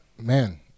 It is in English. man